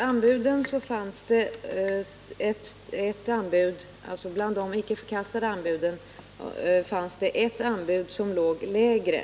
Herr talman! Bland de icke förkastade anbuden fanns det ett anbud som låg lägre.